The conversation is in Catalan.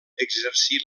exercí